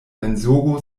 mensogo